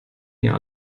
mir